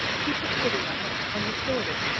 he took pity on it, and restored it,